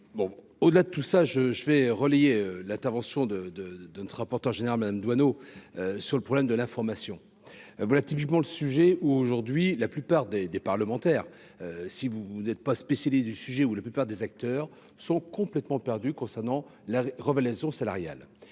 au-delà de tout ça, je je fais relayé l'intervention de de de notre rapporteur général Madame Doineau sur le problème de l'information, voilà typiquement le sujet aujourd'hui, la plupart des des parlementaires si vous êtes pas spécialiste du sujet, où la plupart des acteurs sont complètement perdus concernant la revêt les hausses salariales